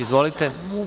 Izvolite.